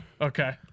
Okay